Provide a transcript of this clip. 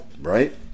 right